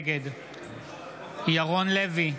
נגד ירון לוי,